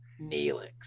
Neelix